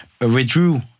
withdrew